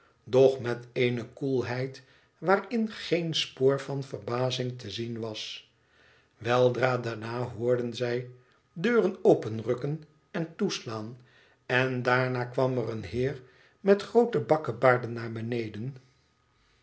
doch met eene koelheid waarin geen spoor van verbazing te zien was weldra daarna hoorden zij deuren openrukken en toeslaan en daarna kwam er een heer met groote bakkebaarden naar beneden